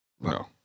No